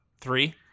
Three